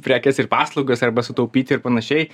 prekes ir paslaugas arba sutaupyti ir panašiai